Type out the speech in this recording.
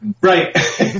right